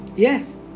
Yes